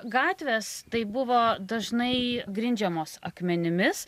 gatvės tai buvo dažnai grindžiamos akmenimis